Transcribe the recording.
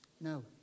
No